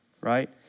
right